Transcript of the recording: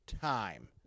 time